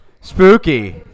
Spooky